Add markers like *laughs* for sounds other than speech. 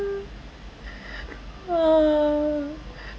*laughs* ah